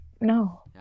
No